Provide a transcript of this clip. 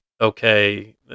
okay